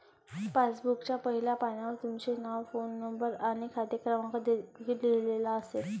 पासबुकच्या पहिल्या पानावर तुमचे नाव, फोन नंबर आणि खाते क्रमांक देखील लिहिलेला असेल